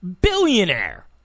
billionaire